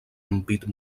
ampit